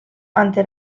ante